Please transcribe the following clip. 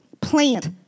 plant